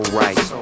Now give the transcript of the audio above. right